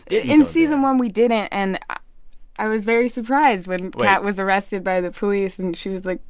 in season one, we didn't. and i was very surprised when kat was arrested by the police. and she was like,